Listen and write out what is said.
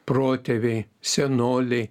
protėviai senoliai